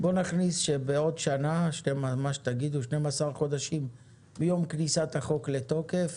שבעוד שנה, 12 חודשים מיום כניסת החוק לתוקף,